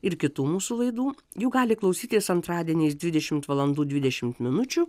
ir kitų mūsų laidų jų gali klausytis antradieniais dvidešimvalandų dvidešimminučių